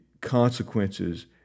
consequences